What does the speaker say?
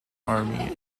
army